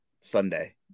Sunday